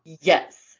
yes